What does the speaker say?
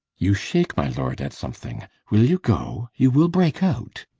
you shake, my lord, at something will you go? you will break out.